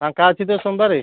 ଫାଙ୍କା ଅଛି ତ ସୋମବାରେ